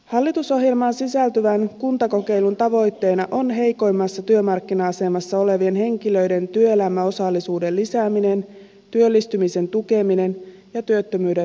hallitusohjelmaan sisältyvän kuntakokeilun tavoitteena on heikoimmassa työmarkkina asemassa olevien henkilöiden työelämäosallisuuden lisääminen työllistymisen tukeminen ja työttömyyden vähentäminen